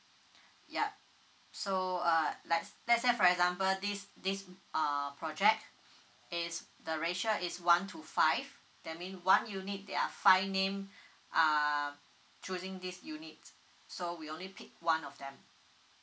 yup so uh let's let's say for example this this uh project is the ratio is one to five that mean one unit there are five name uh choosing this unit so we only pick one of them